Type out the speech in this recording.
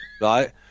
right